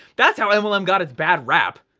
that's how eminem got his bad rap.